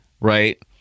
Right